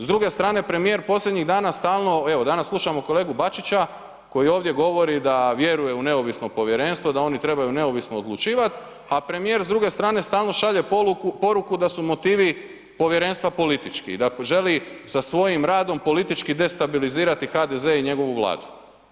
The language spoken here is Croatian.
S druge strane premijer posljednjih dana stalno, evo danas slušamo kolegu Bačića koji ovdje govori da vjeruje u neovisno povjerenstvo, dao ni trebaju neovisno odlučivati a prremijer s druge strane stalno šalje poruku da su motivi povjerenstva politički i da želi sa svojim radom politički destabilizirati HDZ i njegovu Vladu.